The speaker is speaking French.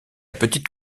petite